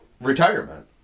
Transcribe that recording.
retirement